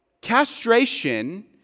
Castration